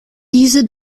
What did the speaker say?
diese